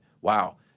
wow